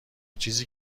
چیزی